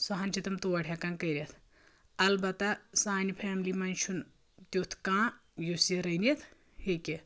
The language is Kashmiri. سۄ ہَن چھِ تٔمۍ تور ہیکان کٔرِتھ البتہ سانہِ فیملی منٛز چھُنہٕ تیُتھ کانہہ یُس یہِ رٔنِتھ ہیٚکہِ